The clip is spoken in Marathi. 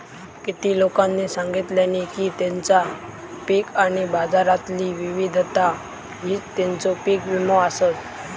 किती लोकांनी सांगल्यानी की तेंचा पीक आणि बाजारातली विविधता हीच तेंचो पीक विमो आसत